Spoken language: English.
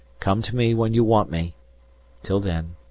come to me when you want me till then,